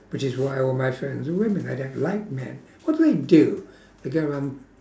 which is why all my friends are women I don't like men what do they do together